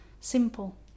simple